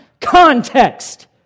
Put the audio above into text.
Context